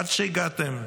עד שהגעתם,